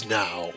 now